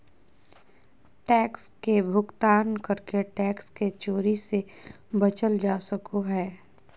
tax के भुगतान करके टैक्स के चोरी से बचल जा सको हय